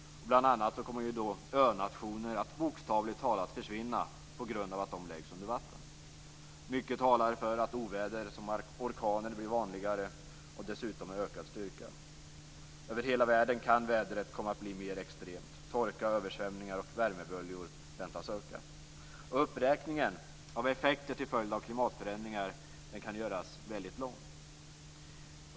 Bl.a. kommer önationer att bokstavligt talat försvinna på grund av att de läggs under vatten. Mycket talar för att oväder som orkaner blir vanligare, dessutom med ökad styrka. Över hela världen kan vädret komma att bli mer extremt. Torka, översvämningar och värmeböljor väntas öka. Uppräkningen av effekter till följd av klimatförändringar kan göras väldigt lång.